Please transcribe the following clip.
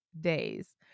days